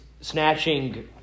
snatching